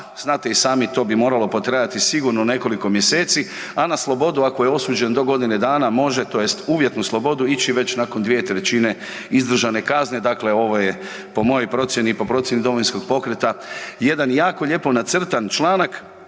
znate i sami to bi moralo potrajati sigurno nekoliko mjeseci, a na slobodu ako je osuđen do godine dana može tj. uvjetnu slobodu ići već nakon 2/3 izdržane kazne, dakle ovo je po mojoj procijeni i po procijeni Domovinskog pokreta jedan jako lijepo nacrtan članak